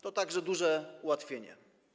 To także duże ułatwienie.